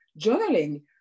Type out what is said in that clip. journaling